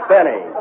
Benny